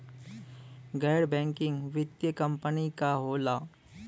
गैर बैकिंग वित्तीय कंपनी का होला?